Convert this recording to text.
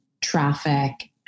traffic